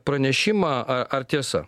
pranešimą a ar tiesa